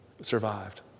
survived